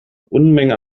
unmengen